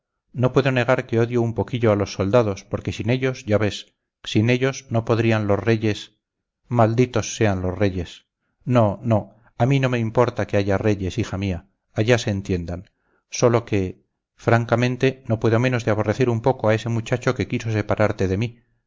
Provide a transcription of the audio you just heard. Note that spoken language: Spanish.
no puedo negar que odio un poquillo a los soldados porque sin ellos ya ves sin ellos no podrían los reyes malditos sean los reyes no no a mí no me importa que haya reyes hija mía allá se entiendan sólo que francamente no puedo menos de aborrecer un poco a ese muchacho que quiso separarte